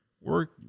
Work